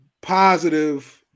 positive